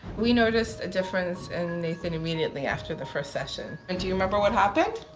we noticed a difference in nathan immediately after the first session, and do you remember what happened?